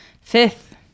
Fifth